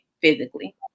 physically